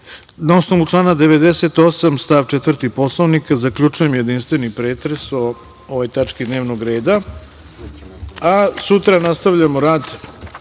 osnovu člana 98. stav 4. Poslovnika zaključujem jedinstveni pretres o ovoj tački dnevnog reda. Sutra nastavljamo rad